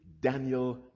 Daniel